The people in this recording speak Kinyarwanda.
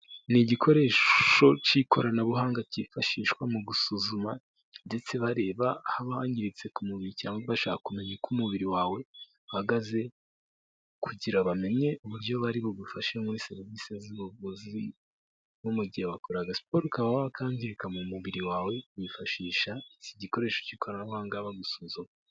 Ni igikoresho cy'ikoranabuhanga cyifashishwa mu gusuzuma ndetse bareba ahangiritse ku mubiri cyangwa bashaka kumenya uko umubiri wawe uhagaze, kugira bamenye uburyo bari bugufashe muri serivisi z'ubuvuzi, nko mu gihe wakoraga siporo ukaba wakangirika mu mubiri wawe wifashisha iki gikoresho cy'ikoranabuhanga bagusuzuma.